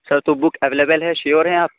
سر تو book available ہے sure ہیں آپ